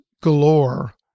galore